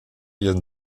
ihren